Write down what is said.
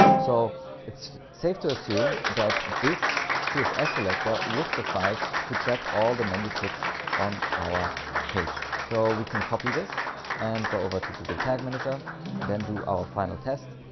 so it's safe to assume that this css selector would suffice to track all the menu clicks on our page. so we can copy this and go over to google tag manager then do our final test.